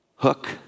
Hook